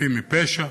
חפים מפשע.